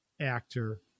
actor